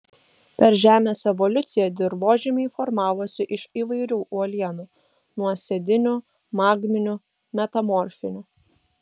per žemės evoliuciją dirvožemiai formavosi iš įvairių uolienų nuosėdinių magminių metamorfinių